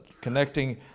connecting